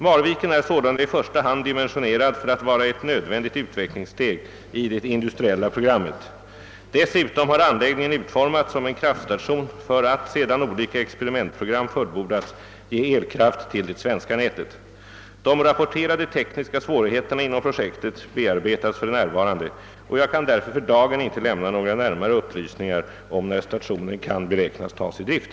Marviken är sålunda i första hand dimensionerad för att vara ett nödvändigt utvecklingssteg i det industriella programmet. Dessutom har anläggningen utformats som en kraftstation för att — sedan olika experimentprogram fullbordats — ge elkraft till det svenska nätet. De rapporterade tekniska svårigheterna inom projektet bearbetas för närvarande och jag kan därför för dagen inte lämna några närmare upplysningar om när stationen kan beräknas tas i drift.